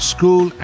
School